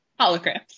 Holograms